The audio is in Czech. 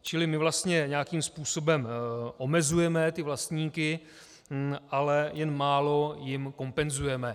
Čili my vlastně nějakým způsobem omezujeme vlastníky, ale jen málo jim kompenzujeme.